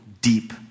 deep